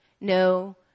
No